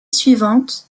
suivante